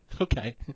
Okay